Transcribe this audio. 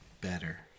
better